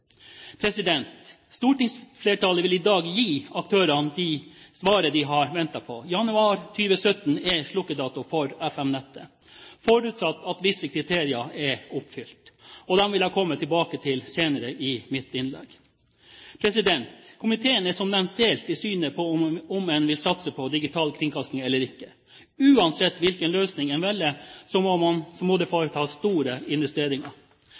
Stortingsflertallet vil i dag gi aktørene det svaret de har ventet på. Januar 2017 er slukkedato for FM-nettet, forutsatt at visse kriterier er oppfylt. De vil jeg komme tilbake til senere i mitt innlegg. Komiteen er som nevnt delt i synet på om en vil satse på digital kringkasting eller ikke. Uansett hvilken løsning en velger, må det foretas store investeringer.